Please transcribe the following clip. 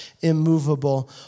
immovable